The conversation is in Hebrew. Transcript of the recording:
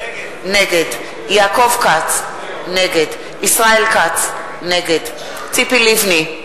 נגד יעקב כץ, נגד ישראל כץ, נגד ציפי לבני,